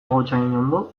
gotzainondo